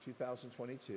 2022